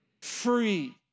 free